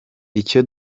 icyo